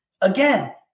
Again